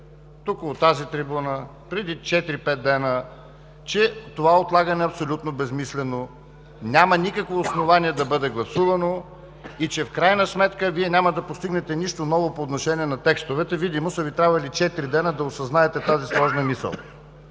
тук, от тази трибуна, преди четири-пет дни, че това отлагане е абсолютно безсмислено. Няма никакво основание да бъде гласувано и че в крайна сметка Вие няма да постигнете нищо ново по отношение на текстовете. Видимо са Ви трябвали четири дни, за да осъзнаете тази сложна мисъл.